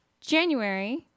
January